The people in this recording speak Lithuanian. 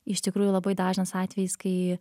iš tikrųjų labai dažnas atvejis kai